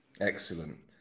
Excellent